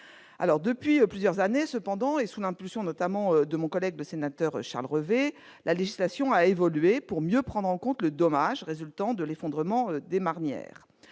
depuis plusieurs années, sous l'impulsion notamment de mon collègue le sénateur Charles Revet, la législation a évolué pour mieux prendre en compte le dommage résultant de l'effondrement des marnières.